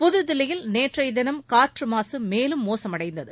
புதுதில்லியில் நேற்றைய தினம் காற்று மாசு மேலும் மோசடைந்தது